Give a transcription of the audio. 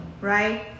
right